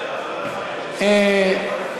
אדוני היושב-ראש,